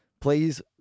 please